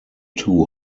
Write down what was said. two